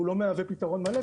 והוא לא מהווה פתרון מלא.